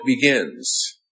begins